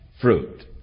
fruit